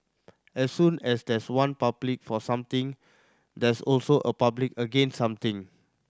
as soon as there's one public for something there's also a public against something